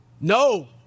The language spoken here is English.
No